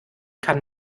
kann